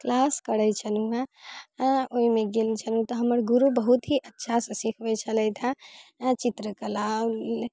class करै छलहुँ हँ ओइमे गेल छलहुँ तऽ हमर गुरु बहुत ही अच्छासँ सीखबै छलथि हँ चित्रकला